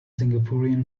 singaporean